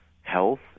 health